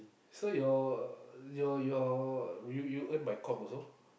so your your your you you earn by com also